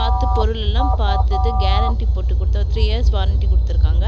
பார்த்து பொருள்ளெல்லாம் பார்த்துட்டு கேரண்டி போட்டுக்கொடுத்து த்ரீ இயர்ஸ் வாரண்டி கொடுத்துருக்காங்க